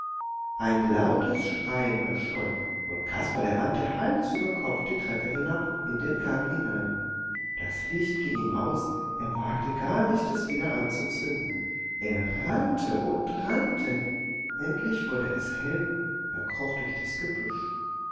ein lautes schreien erscholl und kasperle rannte hals über kopf die treppe hinab in den gang hinein das licht ging ihm aus er wagte gar nicht es wieder anzuzünden er rannte und rannte endlich wurde es hell er kroch durch das gebüsch